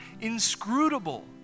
inscrutable